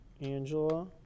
Angela